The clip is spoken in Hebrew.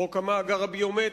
חוק המאגר הביומטרי,